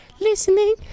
listening